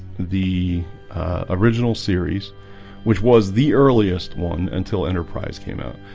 the original series which was the earliest one until enterprise came out?